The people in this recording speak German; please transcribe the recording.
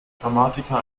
dramatiker